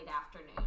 afternoon